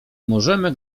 możemy